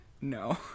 No